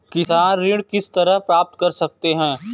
किसान ऋण किस तरह प्राप्त कर सकते हैं?